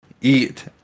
eat